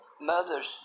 mother's